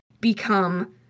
become